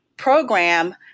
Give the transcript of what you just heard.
Program